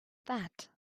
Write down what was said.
that